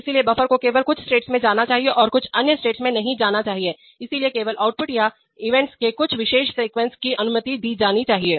इसलिए बफर को केवल कुछ स्टेट में जाना चाहिए और कुछ अन्य स्टेट्स में नहीं जाना चाहिए इसलिए केवल आउटपुट या इवेंट्स के कुछ विशेष सीक्वेंसेस की अनुमति दी जानी चाहिए